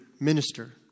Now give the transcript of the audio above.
minister